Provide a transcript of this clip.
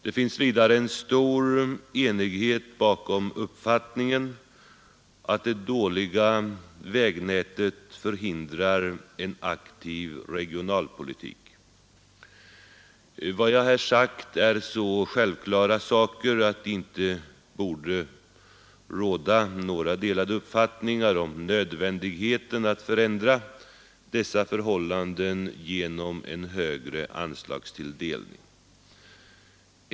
Det råder vidare stor enighet om uppfattningen att det dåliga vägnätet förhindrar en aktiv regionalpolitik. Vad jag här har sagt är så självklara saker att det inte borde råda några delade uppfattningar om nödvändigheten av att förändra dessa förhållanden genom en högre anslagstilldelning.